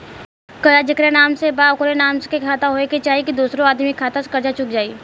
कर्जा जेकरा नाम से बा ओकरे नाम के खाता होए के चाही की दोस्रो आदमी के खाता से कर्जा चुक जाइ?